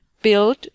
build